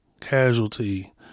casualty